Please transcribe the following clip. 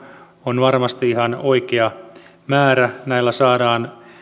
on varmasti ihan oikea määrä näillä saadaan